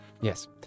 Yes